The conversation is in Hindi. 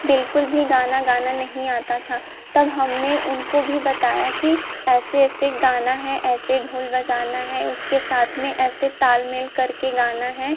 बिल्कुल भी गाना गाना नहीं आता था तब हमने उनको भी बताया कि ऐसे ऐसे गाना है ऐसे ढोल बजाना है उसके साथ में ऐसे तालमेल करके गाना है